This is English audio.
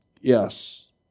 Yes